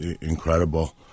Incredible